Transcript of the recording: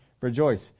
rejoice